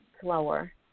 slower